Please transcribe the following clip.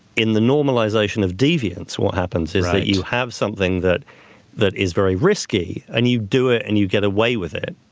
in the normalization of deviance, what happens is that you have something that that is very risky and you do it and you get away with it.